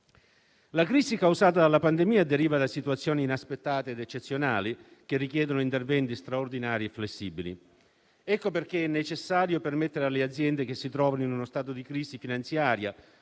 La crisi causata dalla pandemia deriva da situazioni inaspettate ed eccezionali, che richiedono interventi straordinari e flessibili. Ecco perché è necessario permettere alle aziende che si trovano in uno stato di crisi finanziaria,